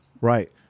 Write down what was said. right